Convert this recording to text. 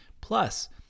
Plus